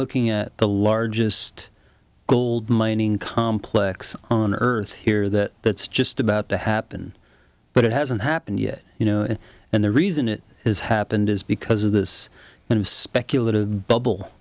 looking at the largest gold mining complex on earth here that that's just about to happen but it hasn't happened yet you know and the reason it has happened is because of this kind of speculative bubble